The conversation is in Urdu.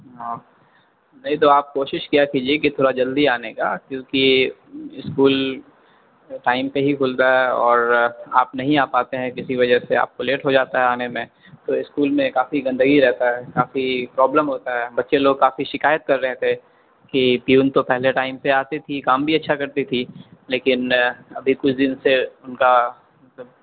ہاں نہیں تو آپ کوشش کیا کیجیے کہ تھوڑا جلدی آنے کا کیونکہ اسکول ٹائم پہ ہی کھلتا ہے اور آپ نہیں آ پاتے ہیں کسی وجہ سے آپ کو لیٹ ہو جاتا ہے آنے میں تو اسکول میں کافی گندگی رہتا ہے کافی پرابلم ہوتا ہے بچے لوگ کافی شکایت کر رہے تھے کہ پیون تو پہلے ٹائم پہ آتی تھی کام بھی اچھا کرتی تھی لیکن ابھی کچھ دن سے ان کا سب